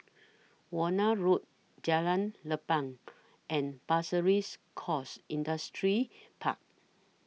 Warna Road Jalan Lapang and Pasir Ris Coast Industrial Park